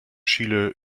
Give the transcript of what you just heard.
chile